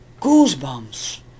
goosebumps